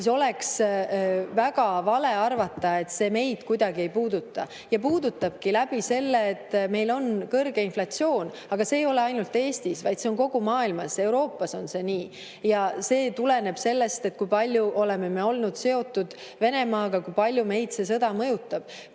oleks väga vale arvata, et see meid kuidagi ei puuduta. Ja puudutabki läbi selle, et meil on kõrge inflatsioon. Aga see ei ole ainult Eestis, vaid see on kogu maailmas, ka Euroopas on see nii. Ja see tuleneb sellest, kui palju me oleme olnud seotud Venemaaga, kui palju meid see sõda mõjutab.